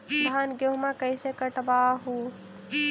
धाना, गेहुमा कैसे कटबा हू?